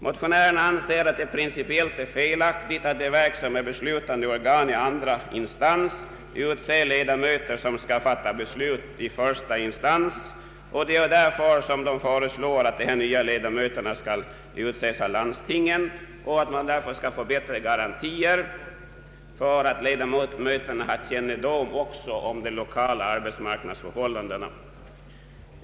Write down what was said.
Motionärerna anser det principiellt felaktigt att det verk som är beslutande organ i andra instans utser ledamöter som skall fatta beslut i första instans, varför de föreslår att de nya ledamöterna utses av landstinget, varigenom man också får bättre garanti för att erhålla ledamöter med kännedom om de lokala arbetsmarknadsförhållandena.